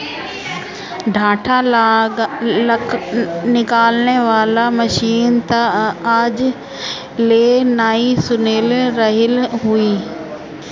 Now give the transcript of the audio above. डाँठ निकाले वाला मशीन तअ आज ले नाइ सुनले रहलि हई